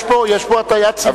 יש פה הטעיית ציבור.